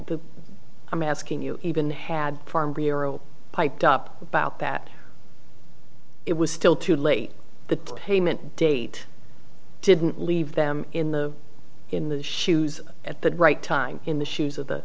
i'm asking you even had piped up about that it was still too late the payment date didn't leave them in the in the shoes at the right time in the shoes of the